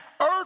Earth